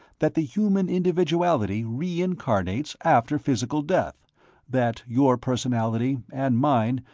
that the human individuality reincarnates after physical death that your personality, and mine,